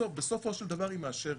בסופו של דבר היא מאשרת,